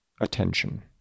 attention